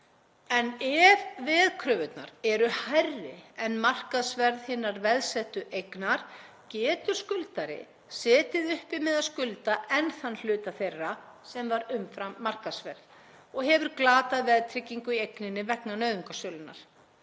Ef veðkröfurnar eru hærri en markaðsverð hinnar veðsettu eignar getur skuldari setið uppi með að skulda enn þann hluta þeirra sem var umfram markaðsverðið og hefur glatað veðtryggingu í eigninni vegna nauðungarsölunnar.